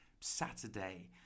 Saturday